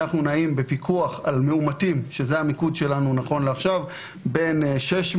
אנחנו נעים בפיקוח על מאומתים שזה המיקוד שלנו נכון לעכשיו בין 600